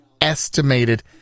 estimated